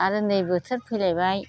आरो नै बोथोर फैलायबाय